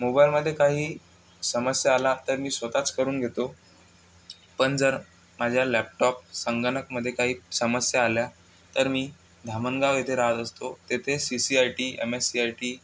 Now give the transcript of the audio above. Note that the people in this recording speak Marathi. मोबाईलमध्ये काही समस्या आल्या तर मी स्वत च करून घेतो पण जर माझ्या लॅपटॉप संगणकामध्ये काही समस्या आल्या तर मी धामणगाव येथे राहत असतो तिथे C C I T M S C I T